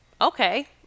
Okay